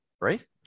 Right